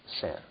sin